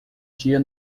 dia